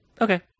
Okay